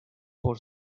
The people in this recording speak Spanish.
por